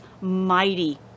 mighty